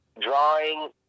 Drawing